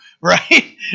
right